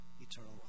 eternal